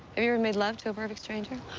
have you ever made love to a perfect stranger?